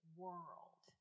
world